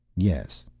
yes.